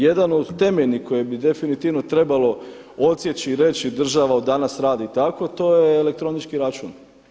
Jedan od temeljnih koje bi definitivno trebalo odsjeći i reći država od danas radi tako, to je elektronički račun.